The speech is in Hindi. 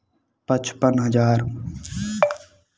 पचपन हज़ार